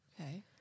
Okay